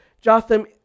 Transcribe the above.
Jotham